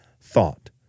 thought